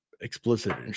explicit